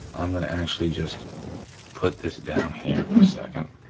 i'm gonna actually just put this down here for a second.